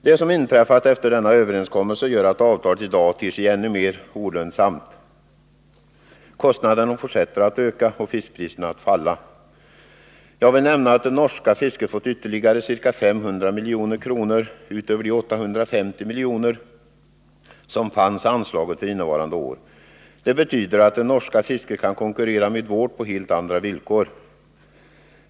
Det som inträffat efter denna överenskommelse gör att avtalet i dag ter sig ännu mer olönsamt. Kostnaderna fortsätter att öka och fiskpriserna att falla. Jag vill nämna att det norska fisket fått ytterligare ca 500 milj.kr. utöver de 850 miljoner som var anslagna för innevarande år. Det betyder att det norska fisket kan konkurrera med vårt på helt andra villkor.